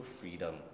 freedom